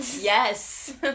Yes